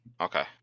Okay